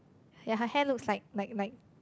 ya her hair looks like like like